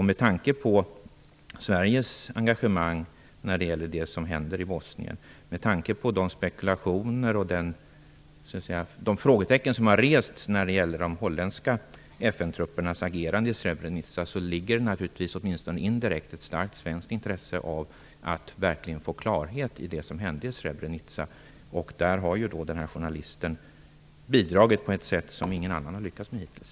Med tanke på Sveriges engagemang när det gäller det som händer i Bosnien, med tanke på de spekulationer och de frågetecken som har rests beträffande de holländska FN-truppernas agerande i Srebrenica, ligger det naturligtvis, åtminstone indirekt, ett starkt svenskt intresse i att verkligen få klarhet i det som hände i Srebrenica. Där har denne journalist bidragit på ett sätt som ingen annan har lyckats med hittills.